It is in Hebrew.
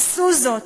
עשו זאת,